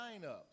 lineups